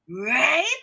Right